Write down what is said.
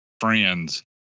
friends